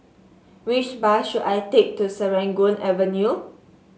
which bus should I take to Serangoon Avenue